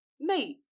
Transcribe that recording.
mate